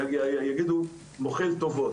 יגידו מוחל טובות.